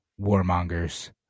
warmongers